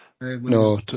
No